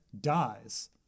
dies